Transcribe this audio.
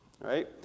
right